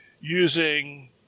using